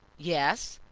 yes.